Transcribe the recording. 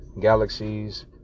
galaxies